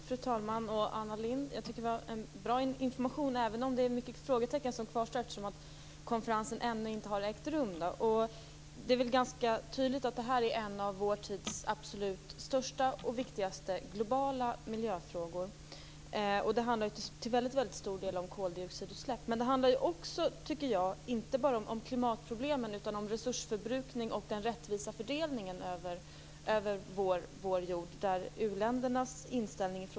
Fru talman och Anna Lindh! Jag tycker att det var en bra information, även om många frågetecken kvarstår eftersom konferensen ännu inte har ägt rum. Det är väl ganska tydligt att det här är en av vår tids absolut största och viktigaste globala miljöfrågor. Det handlar till stor del om koldioxidutsläpp. Men det handlar, tycker jag, inte bara om klimatproblemen utan också om resursförbrukning och den rättvisa fördelningen över vår jord.